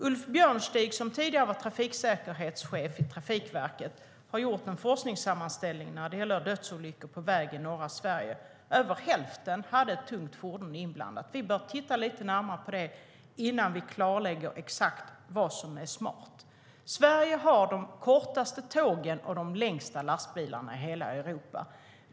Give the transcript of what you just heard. Ulf Björnstig, som tidigare var trafiksäkerhetschef i Trafikverket, har gjort en forskningssammanställning över dödsolyckor på väg i norra Sverige. Vid över hälften av olyckorna var ett tungt fordon inblandat. Vi bör titta lite närmare på det innan vi klarlägger exakt vad som är smart. Sverige har de kortaste tågen och de längsta lastbilarna i hela Europa.